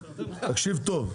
תקשיב טוב,